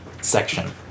section